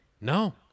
No